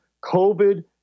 COVID